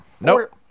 Nope